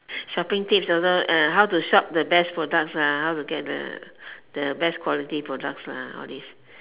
shopping tips also uh how to shop the best products ah how to get the the best quality products ah all these